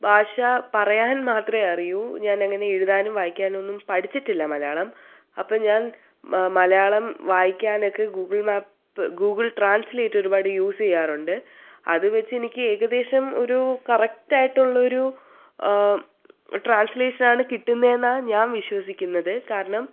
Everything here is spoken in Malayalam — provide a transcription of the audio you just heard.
ഭാഷ പറയാൻ മാത്രമേ അറിയൂ ഞാൻ അങ്ങനെ എഴുതാനും വായിക്കാനൊന്നും പഠിച്ചിട്ടില്ല മലയാളം അപ്പോൾ ഞാൻ മലയാളം വായിക്കാനൊക്കെ ഗൂഗിൾ മാപ്പ് ഗൂഗിൾ ട്രാൻസ്ലേറ്റ് ഒരുപാട് യൂസ് ചെയ്യാറുണ്ട് അത് വെച്ച് എനിക്ക് ഏകദേശം ഒരു കറക്റ്റ് ആയിട്ട് ഉള്ളൊരു ട്രാൻസ്ലേഷൻ ആണ് കിട്ടുന്നതെന്നാണ് ഞാൻ വിശ്വസിക്കുന്നത് കാരണം